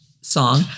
song